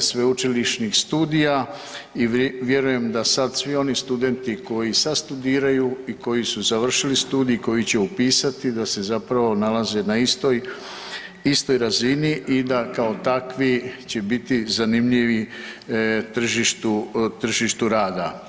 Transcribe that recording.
sveučilišnih studija i vjerujem da sad svi oni studenti koji sad studiraju i koji su završili studij i koji će upisati da se zapravo nalaze na istoj, istoj razini i da kao takvi će biti zanimljivi tržištu, tržištu rada.